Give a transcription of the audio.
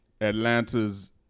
Atlanta's